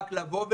רק לבוא ולהגיד: